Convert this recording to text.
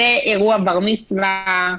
זה אירוע בר מצווה,